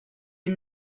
est